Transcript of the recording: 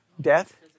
death